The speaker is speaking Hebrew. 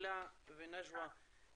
הילה ונג'וא,